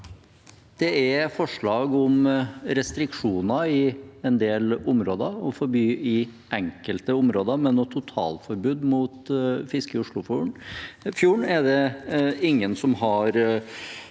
Det er forslag om restriksjoner i en del områder og om å forby i enkelte områder, men noe totalforbud mot fiske i Oslofjorden er det ingen som har